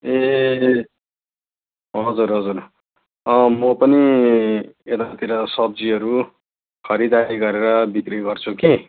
ए हजुर हजुर म पनि यतातिर सब्जीहरू खरिदारी गरेर बिक्री गर्छु कि